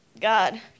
God